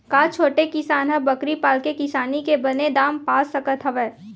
का छोटे किसान ह बकरी पाल के किसानी के बने दाम पा सकत हवय?